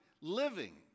Living